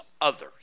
others